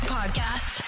Podcast